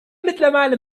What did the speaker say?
mittlerweile